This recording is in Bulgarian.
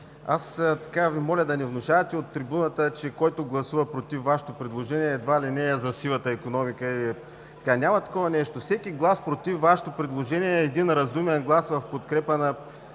аз Ви моля да не внушавате от трибуната, че който гласува против Вашето предложение, едва ли не е за сивата икономика. Няма такова нещо. Всеки глас против Вашето предложение е един разумен глас. Нормално